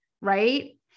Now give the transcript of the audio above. right